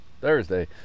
thursday